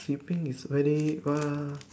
sleeping is very !wah!